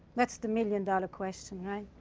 that's the million-dollar question, right?